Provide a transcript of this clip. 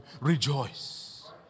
Rejoice